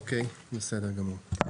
אוקיי, בסדר גמור.